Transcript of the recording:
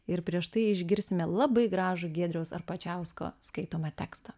ir prieš tai išgirsime labai gražų giedriaus arbačiausko skaitomą tekstą